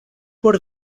por